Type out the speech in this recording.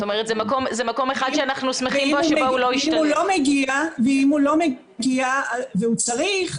אם הוא לא מגיע והוא צריך,